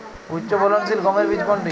উচ্চফলনশীল গমের বীজ কোনটি?